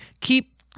keep